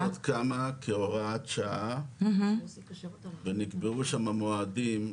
הוועדה הזאת קמה כהוראת שעה ונקבעו שם מועדים,